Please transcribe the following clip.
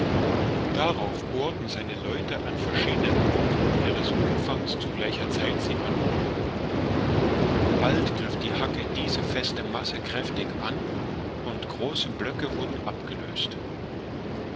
darauf bohrten seine leute an verschiedenen punkten ihres umfangs zu gleicher zeit sie an bald griff die hacke diese feste masse kräftig an und große blöcke wurden abgelöst